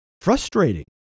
frustrating